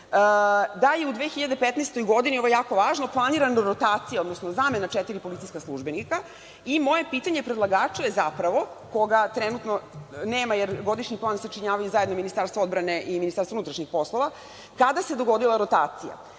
da je u 2015. godini, ovo je jako važno, planirana rotacija, odnosno zamena četiri policijska službenika. Moje pitanje predlagaču je, koga trenutno nema, jer godišnji plan sačinjavaju zajedno Ministarstvo odbrane i MUP, kada se dogodila rotacija?